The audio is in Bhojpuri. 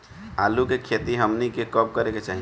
आलू की खेती हमनी के कब करें के चाही?